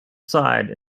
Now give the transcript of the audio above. side